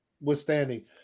withstanding